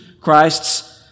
Christ's